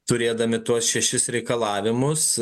turėdami tuos šešis reikalavimus